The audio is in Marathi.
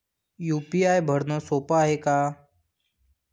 यू.पी.आय भरनं सोप हाय का?